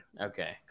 okay